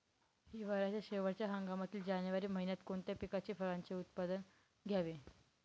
हिवाळ्याच्या शेवटच्या हंगामातील जानेवारी महिन्यात कोणत्या पिकाचे, फळांचे उत्पादन घ्यावे?